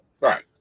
Right